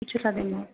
ગુજરાતીમાં